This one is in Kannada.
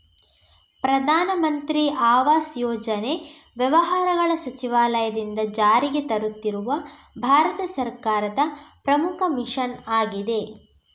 ಪ್ರಧಾನ ಮಂತ್ರಿ ಆವಾಸ್ ಯೋಜನೆ ವ್ಯವಹಾರಗಳ ಸಚಿವಾಲಯದಿಂದ ಜಾರಿಗೆ ತರುತ್ತಿರುವ ಭಾರತ ಸರ್ಕಾರದ ಪ್ರಮುಖ ಮಿಷನ್ ಆಗಿದೆ